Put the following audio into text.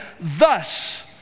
thus